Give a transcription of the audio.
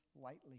lightly